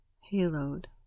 haloed